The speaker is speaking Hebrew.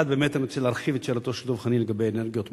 אני רוצה להרחיב את שאלתו של דב חנין לגבי אנרגיות מתחדשות.